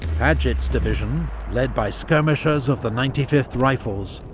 paget's division, led by skirmishers of the ninety fifth rifles,